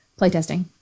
playtesting